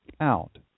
out